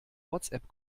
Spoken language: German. whatsapp